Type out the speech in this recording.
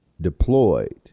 deployed